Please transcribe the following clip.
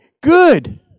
good